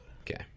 Okay